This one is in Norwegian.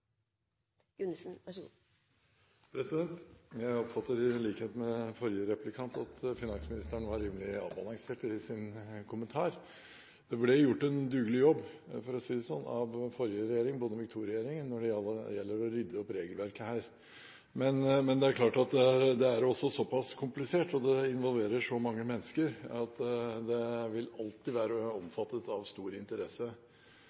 at finansministeren var rimelig avbalansert i sin kommentar. Det ble gjort en dugelig jobb, for å si det sånn, av Bondevik II-regjeringen for å rydde opp i regelverket her. Men det er også såpass komplisert, og det involverer så mange mennesker, at det vil alltid være